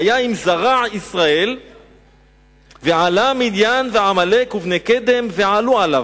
והיה אם זרע ישראל ועלה מדיין ועמלק ובני קדם ועלו עליו.